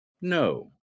No